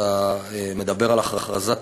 אתה מדבר על הכרזת